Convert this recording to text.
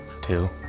Two